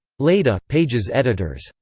lleida pages editors.